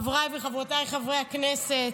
חבריי וחברותיי חברי הכנסת,